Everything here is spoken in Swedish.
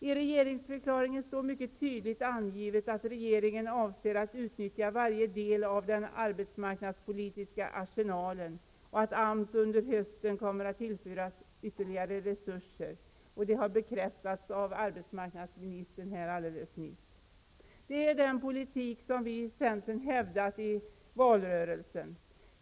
I regeringsförklaringen står mycket tydligt angivet att regeringen avser att utnyttja varje del av den arbetsmarknadspolitiska arsenalen och att AMS under hösten kommer att tillföras ytterligare resurser. Detta har bekräftats av arbetsmarknadsministern alldeles nyss. Det är den politik som vi i centern har hävdat i valrörelsen.